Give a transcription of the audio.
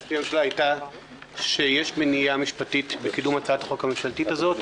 המשפטי הייתה שיש מניעה משפטית לקידום הצעת החוק המשפטית הזאת.